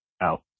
Out